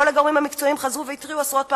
כל הגורמים המקצועיים חזרו והתריעו עשרות פעמים,